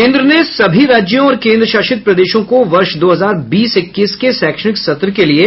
केन्द्र ने सभी राज्यों और केन्द्र शासित प्रदेशों को वर्ष दो हजार बीस इक्कीस के शैक्षणिक सत्र के लिए